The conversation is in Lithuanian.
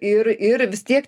ir ir vis tiek